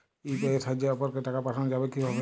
UPI এর সাহায্যে অপরকে টাকা পাঠানো যাবে কিভাবে?